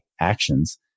actions